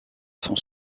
son